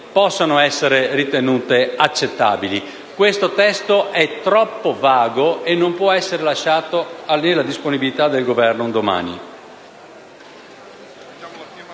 possano essere ritenute accettabili. Questo testo è troppo vago e non può essere lasciato alla disponibilità del Governo, un domani.